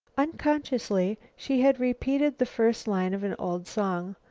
unconsciously, she had repeated the first line of an old song.